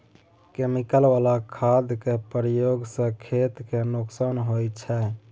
chemical बला खादक प्रयोग सँ खेत केँ नोकसान होइ छै